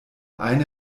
eine